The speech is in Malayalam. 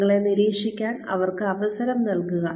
നിങ്ങളെ നിരീക്ഷിക്കാൻ അവർക്ക് അവസരം നൽകുക